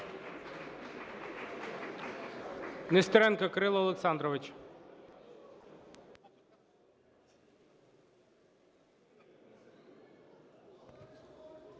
Нестеренко Кирило Олександрович.